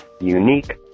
unique